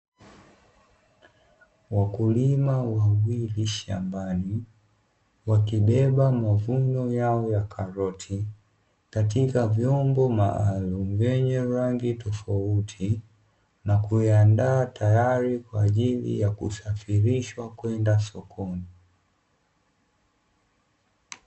Wakulima wawili shambani, wakibeba mavuno yao ya karoti, katika vyombo maalumu vyenye rangi tofauti, na kuyaandaa tayari kwa ajili ya kusafirishwa kwenda sokoni.